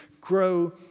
grow